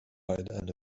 and